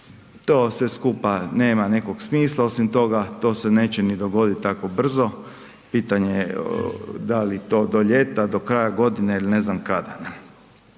to sve skupa nema nekog smisla. Osim toga, to se neće ni dogoditi tako brzo, pitanje je da li to do ljeta, do kraja godine ili ne znam kada.